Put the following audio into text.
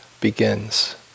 begins